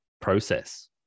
process